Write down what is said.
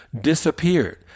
disappeared